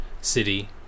city